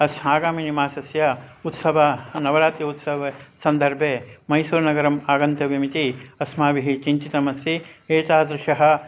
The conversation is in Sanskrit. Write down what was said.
अस् आगामिनि मासस्य उत्सव नवरात्रि उत्सव सन्दर्भे मैसूरुनगरम् आगन्तव्यमिति अस्माभिः चिन्तितमस्ति एतादृशः